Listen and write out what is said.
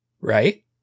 right